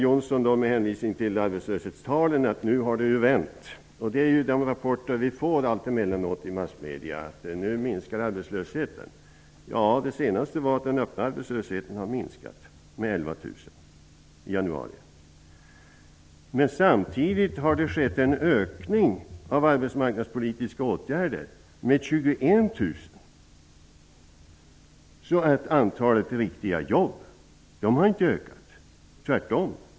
Jonsson att det nu har vänt. Det är ju sådana rapporter vi får allt emellanåt i massmedierna: att arbetslösheten nu minskar. Det senaste var att antalet öppet arbetslösa har minskat med 11 000 i januari. Men samtidigt har det skett en ökning av arbetsmarknadspolitiska åtgärder med 21 000 platser. Så antalet riktiga jobb har inte ökat, tvärtom.